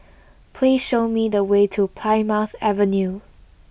please show me the way to Plymouth Avenue